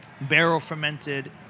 barrel-fermented